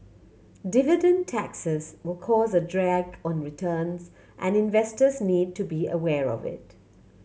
dividend taxes will cause a drag on returns and investors need to be aware of it